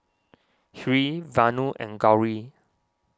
Hri Vanu and Gauri